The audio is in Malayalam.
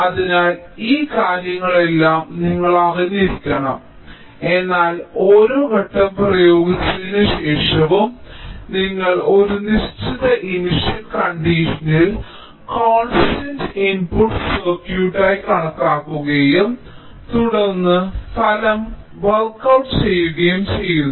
അതിനാൽ ഈ കാര്യങ്ങളെല്ലാം നിങ്ങൾ അറിഞ്ഞിരിക്കണം എന്നാൽ ഓരോ ഘട്ടം പ്രയോഗിച്ചതിന് ശേഷവും നിങ്ങൾ ഒരു നിശ്ചിത ഇനിഷ്യൽ കണ്ടീഷനിൽ കോൺസ്റ്റന്റ് ഇൻപുട്ട് സർക്യൂട്ടായി കണക്കാക്കുകയും തുടർന്ന് ഫലം വർക്ക്ഔട്ട് ചെയ്യുകയും ചെയ്യുന്നു